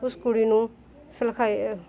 ਉਸ ਕੁੜੀ ਨੂੰ ਸਿਖਲਾਈ